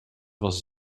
was